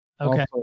Okay